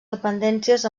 dependències